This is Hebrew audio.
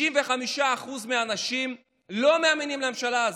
65% מהאנשים לא מאמינים לממשלה הזאת.